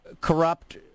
corrupt